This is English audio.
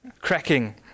cracking